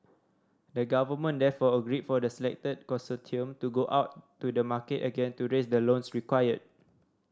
the government therefore agreed for the selected consortium to go out to the market again to raise the loans required